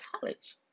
college